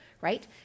right